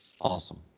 Awesome